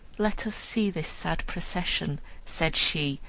let us see this sad procession said she,